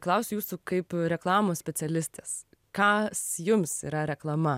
klausiu jūsų kaip reklamos specialistės kas jums yra reklama